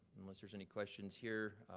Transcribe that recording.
unless there's any questions here,